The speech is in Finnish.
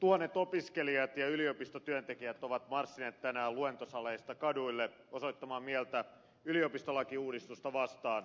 tuhannet opiskelijat ja yliopistotyöntekijät ovat marssineet tänään luentosaleista kaduille osoittamaan mieltä yliopistolakiuudistusta vastaan